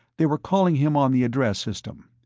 they were calling him on the address system.